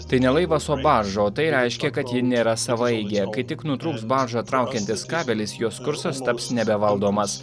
tai ne laivas o barža o tai reiškia kad ji nėra savaeigė kai tik nutrūks baržą traukiantis kabelis jos kursas taps nebevaldomas